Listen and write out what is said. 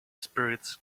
spirits